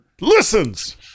Listens